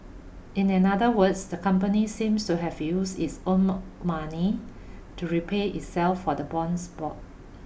in another words the company seems to have used its own money to repay itself for the bonds bought